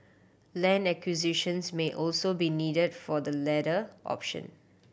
land acquisitions may also be needed for the latter option